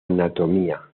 anatomía